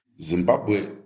Zimbabwe